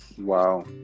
Wow